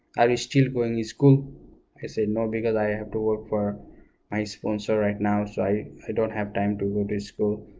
i was still in and school i said no because i have to work for my sponsor right now so i i don't have time to go to school.